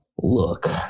Look